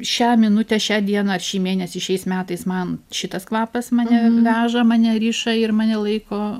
šią minutę šią dieną ar šį mėnesį šiais metais man šitas kvapas mane veža mane riša ir mane laiko